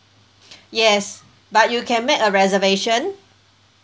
yes but you can make a reservation